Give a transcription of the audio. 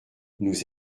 nous